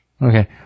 Okay